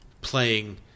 playing